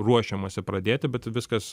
ruošiamasi pradėti bet viskas